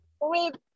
Wait